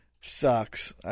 sucks